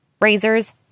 razors